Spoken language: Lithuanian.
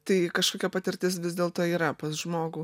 tai kažkokia patirtis vis dėlto yra pas žmogų